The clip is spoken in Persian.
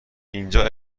اینجا